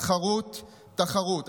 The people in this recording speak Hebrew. תחרות, תחרות.